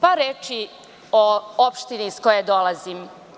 Par reči o opštini iz koje dolazim.